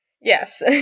Yes